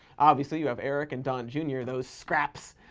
obviously you have eric and don jr, those scraps,